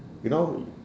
you know